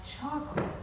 chocolate